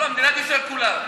לא, מדינת ישראל כולה.